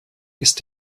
ist